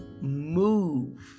move